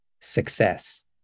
success